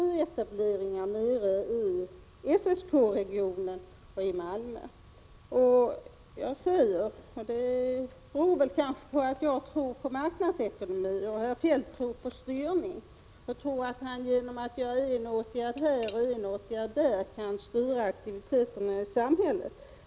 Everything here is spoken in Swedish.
OS TNE är CNS te Det var tillfredsställande att höra av herr Feldt att vi behöver industrietableringar i SSK-regionen och i Malmö. Jag tror på marknadsekonomi, herr Feldt tror på styrning och att han genom en åtgärd här och en åtgärd där kan styra olika aktiviteter i samhället.